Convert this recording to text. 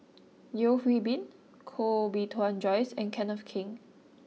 Yeo Hwee Bin Koh Bee Tuan Joyce and Kenneth Keng